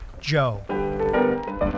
joe